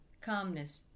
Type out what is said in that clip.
calmness